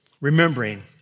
remembering